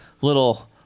little